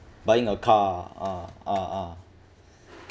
buying a car ah ah ah